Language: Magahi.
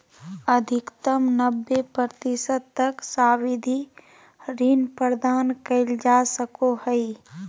अधिकतम नब्बे प्रतिशत तक सावधि ऋण प्रदान कइल जा सको हइ